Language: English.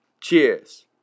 cheers